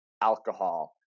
alcohol